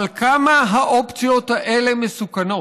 אבל כמה האופציות האלה מסוכנות,